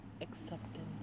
acceptance